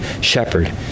shepherd